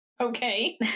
Okay